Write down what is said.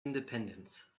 independence